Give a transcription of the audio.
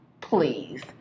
Please